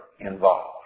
involved